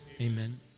Amen